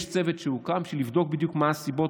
יש צוות שהוקם בשביל לבדוק בדיוק מה הסיבות,